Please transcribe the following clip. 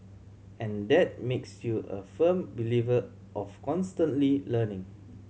and that makes you a firm believer of constantly learning